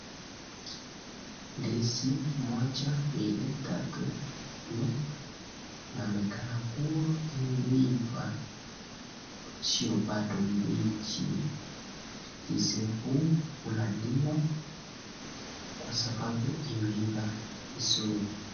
Ndizi moja, mbili, tatu, nne. Inaonekana kuwa imeiva sio bado mbichi. Ndizi huu unaliwa kwa sababu imeiva vizuri.